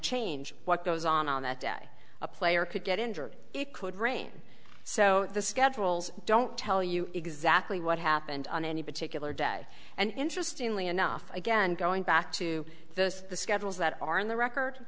change what goes on on that day a player could get injured it could rain so the schedules don't tell you exactly what happened on any particular day and interesting only enough again going back to the schedules that are in the record